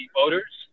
voters